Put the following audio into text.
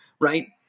right